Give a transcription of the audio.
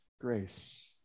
grace